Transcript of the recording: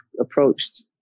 approached